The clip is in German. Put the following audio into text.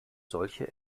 solche